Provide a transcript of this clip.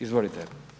Izvolite.